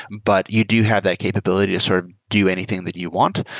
but you do have that capability to sort of do anything that you want.